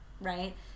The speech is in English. Right